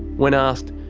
when asked,